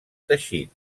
teixit